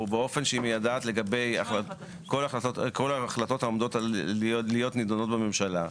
באופן שהיא מיידעת לגבי כל החלטות העומדות להיות נידונות בממשלה.